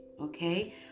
Okay